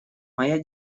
моя